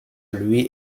lui